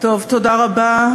תודה רבה.